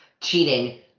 cheating